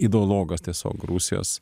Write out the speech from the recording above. ideologas tiesiog rusijos